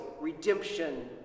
redemption